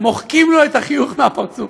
מוחקים לו את החיוך מהפרצוף".